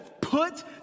put